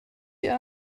ihr